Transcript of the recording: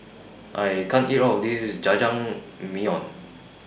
I can't eat All of This Jajangmyeon